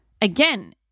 Again